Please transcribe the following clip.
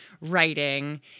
writing